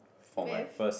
Math